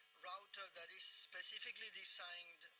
router that is specifically designed.